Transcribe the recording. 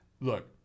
look